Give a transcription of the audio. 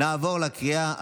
נעבור לקריאה השלישית,